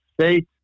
state